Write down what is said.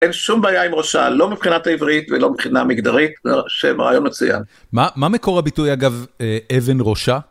אין שום בעיה עם ראשה, לא מבחינת העברית ולא מבחינה מגדרית, זה רעיון מצוין. מה מקור הביטוי אגב, אבן ראשה?